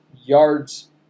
yards